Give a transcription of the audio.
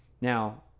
Now